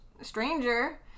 stranger